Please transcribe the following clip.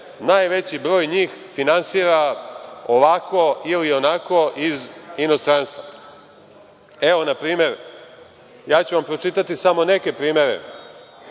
najveći broj njih finansira ovako ili onako iz inostranstva. Evo npr. ja ću vam pročitati samo neke primere